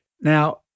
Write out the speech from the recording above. Now